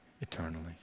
eternally